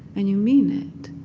and you mean it.